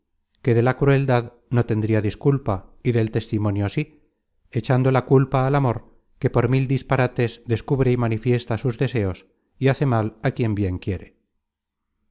que de la crueldad no tendria disculpa y del testimonio sí echando la culpa al amor que por mil disparates descubre y manifiesta sus deseos y hace mal quien bien quiere